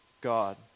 God